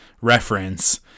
reference